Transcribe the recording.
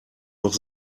noch